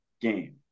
game